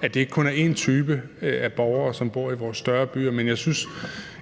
at det ikke kun er en type af borgere, som bor i vores store byer. Jeg synes